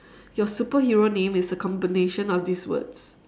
your superhero name is the combination of these words